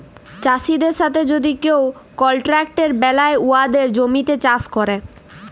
চাষীদের সাথে যদি কেউ কলট্রাক্ট বেলায় উয়াদের জমিতে চাষ ক্যরে